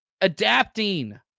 adapting